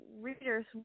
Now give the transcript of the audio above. readers